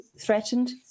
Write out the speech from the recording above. threatened